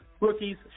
rookies